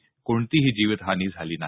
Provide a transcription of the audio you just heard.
यात कोणतीही जीवित हानि झाली नाही